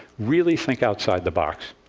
really think outside the box.